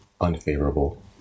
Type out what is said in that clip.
unfavorable